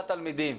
תלמידים.